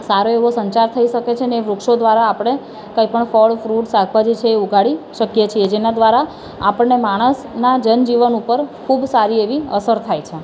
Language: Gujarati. સારો એવો સંચાર થઈ શકે છે અને એ વૃક્ષો દ્વારા આપણે કંઇપણ ફળ ફ્રૂટ શાકભાજી છે એ ઉગાડી શકીએ છીએ જેના દ્વારા આપણને માણસના જનજીવન ઉપર ખૂબ સારી એવી અસર થાય છે